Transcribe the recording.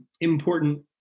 important